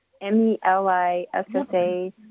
M-E-L-I-S-S-A